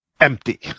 empty